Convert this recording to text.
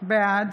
בעד